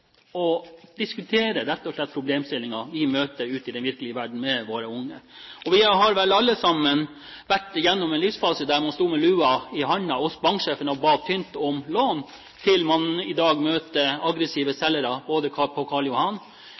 den virkelige verden. Vi har vel alle sammen vært gjennom en livsfase der man sto med lua i hånden hos banksjefen og ba tynt om lån, til man i dag møter aggressive selgere både på Karl Johan,